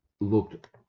looked